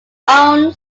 own